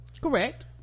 Correct